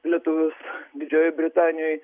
lietuvius didžiojoj britanijoj